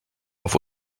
auf